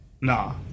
Nah